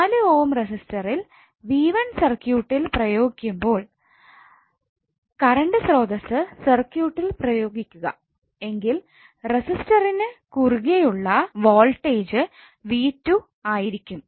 4 ohm റസിസ്റ്ററിൽ 𝑣1 സർക്യൂട്ടിൽ പ്രയോഗിക്കുമ്പോൾ കറണ്ട് സ്രോതസ്സ് സർക്യൂട്ടിൽ പ്രയോഗിക്കുക എങ്കിൽ റെസിസ്റ്റർ ന് കുറുകെ ഉള്ള വോൾട്ടേജ് 𝑣2 ആയിരിക്കും